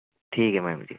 ठीक ऐ मैडम जी